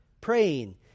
praying